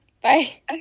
Bye